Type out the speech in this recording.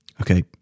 Okay